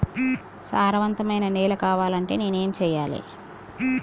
సారవంతమైన నేల కావాలంటే నేను ఏం చెయ్యాలే?